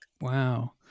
Wow